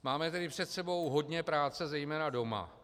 Máme tedy před sebou hodně práce zejména doma.